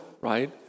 right